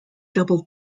doubled